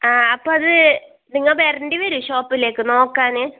ആ അപ്പം അത് നിങ്ങൾ വരെണ്ടി വരും ഷോപ്പിലേക്ക് നോക്കാന്